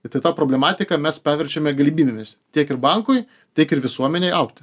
ir tai tą problematiką mes paverčiame galimybėmis tiek ir bankui tiek ir visuomenei augti